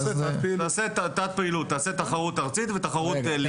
בסדר, תעשה תת-פעילות של תחרות ארצית ותחרות ליגה.